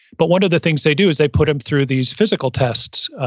but one of the things they do is they put them through these physical tests,